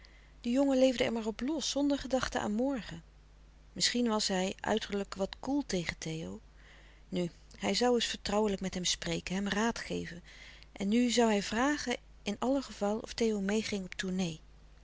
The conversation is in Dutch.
de jongen leefde er maar op los zonder gedachte aan morgen misschien was hij uiterlijk wat koel tegen theo nu hij zoû eens vertrouwelijk met hem spreken hem raad geven en nu zoû hij vragen in alle geval of theo meêging op tournée